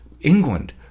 England